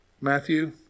Matthew